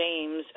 James